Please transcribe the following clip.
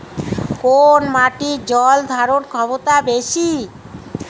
কোন মাটির জল ধারণ ক্ষমতা বেশি?